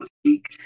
speak